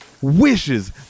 wishes